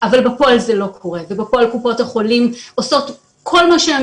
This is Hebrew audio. אבל בפועל זה לא קורה ובפועל קופות החולים עושות כל מה שהן